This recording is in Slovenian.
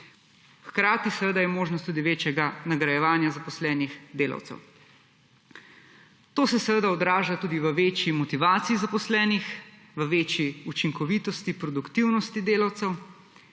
Hkrati seveda je možnost tudi večjega nagrajevanja zaposlenih delavcev. To se odraža tudi v večji motivaciji zaposlenih, v večji učinkovitosti, produktivnosti delavcev,